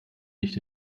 nicht